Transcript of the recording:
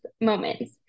moments